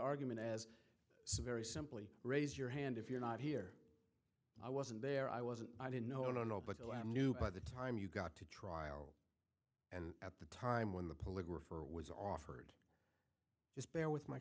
argument as so very simply raise your hand if you're not here i wasn't there i wasn't i did no no no but the lamb knew by the time you got to trial and at the time when the police were for was offered just bear with my